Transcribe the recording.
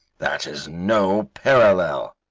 that is no parallel,